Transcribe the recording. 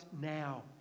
now